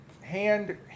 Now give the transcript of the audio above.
hand